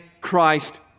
Christ